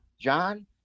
John